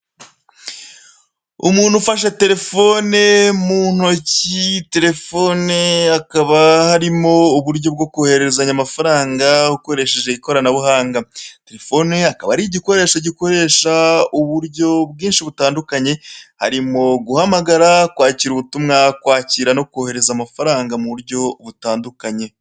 Umuntu ufashe terefone mu ntoki, terefone akaba harimo uburyo bwo koherezanya amafaranga ukoresheje ikoranabuhanga, terefone akaba ari igikoresho gikoresha uburyo bwinshi butandukanye harimo guhamagara, kwakira ubutumwa, kwakira no kohereza amafaranga mu burryo butandukanye.